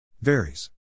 Varies